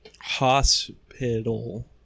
Hospital